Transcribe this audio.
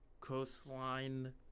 coastline